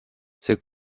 ses